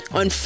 on